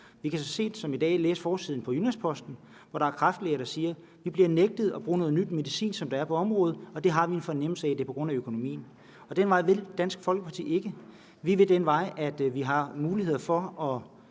Vi kan så sent som i dag læse på forsiden af Jyllands-Posten, at der er kræftlæger, der siger: Vi bliver nægtet at bruge noget ny medicin, som der er på området, og vi har en fornemmelse af, at det er på grund af økonomien. Den vej vil Dansk Folkeparti ikke. Vi vil den vej, hvor vi har mulighed for at